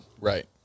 Right